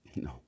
No